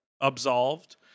absolved